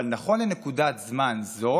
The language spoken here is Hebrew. אבל נכון לנקודת זמן זו